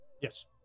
Yes